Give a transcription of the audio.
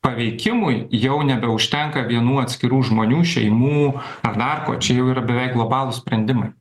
paveikimui jau nebeužtenka vienų atskirų žmonių šeimų ar dar ko čia jau yra beveik globalūs sprendimai